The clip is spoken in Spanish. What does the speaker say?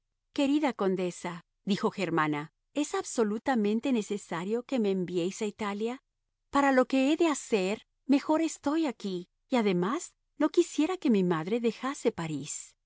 bris querida condesa dijo germana es absolutamente necesario que me enviéis a italia para lo que he de hacer mejor estoy aquí y además no quisiera que mi madre dejase parís